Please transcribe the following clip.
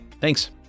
Thanks